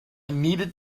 needed